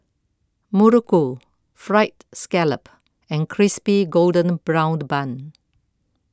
Muruku Fried Scallop and Crispy Golden Browned Bun